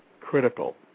critical